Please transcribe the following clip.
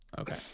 Okay